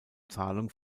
zahlung